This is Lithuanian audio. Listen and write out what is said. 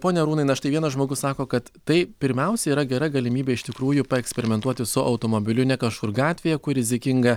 pone arūnai na štai vienas žmogus sako kad tai pirmiausia yra gera galimybė iš tikrųjų paeksperimentuoti su automobiliu ne kažkur gatvėje kur rizikinga